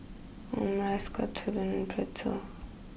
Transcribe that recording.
Omurice Katsudon and Pretzel